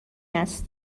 است